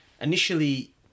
initially